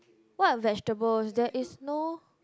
what vegetables there is no